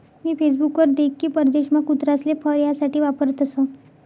मी Facebook वर देख की परदेशमा कुत्रासले फर यासाठे वापरतसं